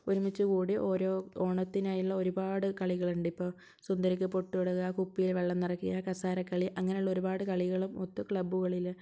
ഒരുമിച്ചുക്കൂടി ഓരോ ഓണത്തിനായുള്ള ഒരുപാട് കളികളുണ്ട് ഇപ്പോൾ സുന്ദരിക്ക് പൊട്ട് തൊടുക കുപ്പിയിൽ വെള്ളം നിറക്കുക കസേരക്കളി അങ്ങനെ ഉള്ള ഒരുപാട് കളികളും ഒത്ത് ക്ലബ്ബുകളിൽ